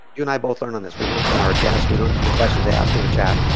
you and i both learn on this. we learn from our guests. we learn from the questions they ask in the chat.